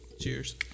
Cheers